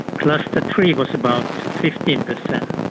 cluster three was about fifteen percent,